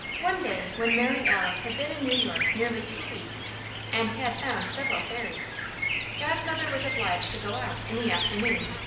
one day when mary alice had been in new york nearly two weeks and had found several fairies godmother was obliged to go out, in the afternoon,